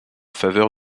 faveur